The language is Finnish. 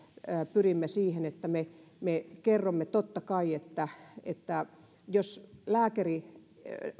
pyrimme siihen että me me kerromme totta kai että että jos lääkäri